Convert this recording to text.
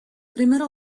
primera